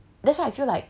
but